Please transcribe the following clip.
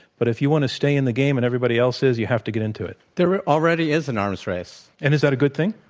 but if you want to stay in the game, and everybody else is, you have to get into it. there already is an arms race. and is that a good thing?